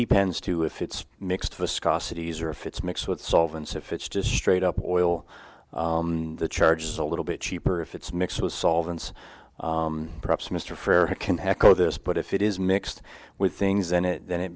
depends too if it's mixed viscosities or if it's mixed with solvents if it's just straight up oil the charge is a little bit cheaper if it's mixed with solvents perhaps mr fair can echo this but if it is mixed with things then it then it